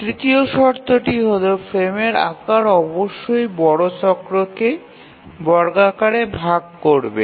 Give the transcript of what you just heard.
তৃতীয় শর্তটি হল ফ্রেমের আকার অবশ্যই বড় চক্রকে বর্গাকারে ভাগ করবে